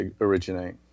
originate